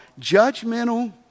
judgmental